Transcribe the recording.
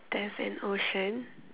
there's an ocean